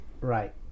right